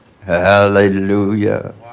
Hallelujah